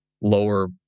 lower